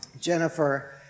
Jennifer